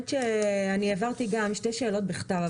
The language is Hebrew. העברתי שתי שאלות בכתב.